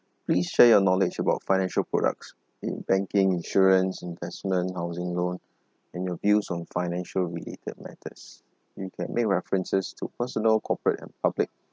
please share your knowledge about financial products in banking insurance investment housing loan and your views on financial related matters you can make references to personal corporate and public